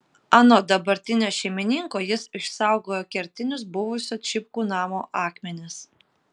anot dabartinio šeimininko jis išsaugojo kertinius buvusio čipkų namo akmenis